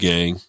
Gang